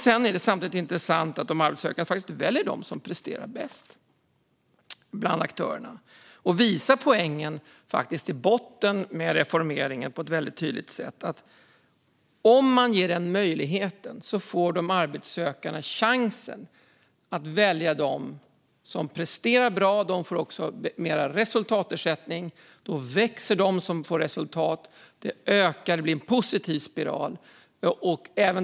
Sedan är det samtidigt intressant att de arbetssökande faktiskt väljer de aktörer som presterar bäst och visar poängen med reformeringen på ett väldigt tydligt sätt, nämligen att om man ger dem möjligheten får de arbetssökande chansen att välja dem som presterar bra. De får också mer resultatersättning. De som får bra resultat växer, och det blir en positiv spiral.